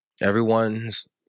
Everyone's